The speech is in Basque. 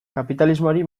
kapitalismoari